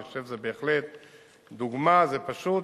אני חושב שזו בהחלט דוגמה, זה פשוט